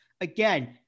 again